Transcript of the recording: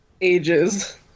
ages